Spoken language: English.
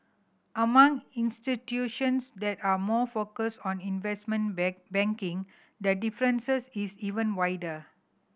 among institutions that are more focused on investment bank banking that differences is even wider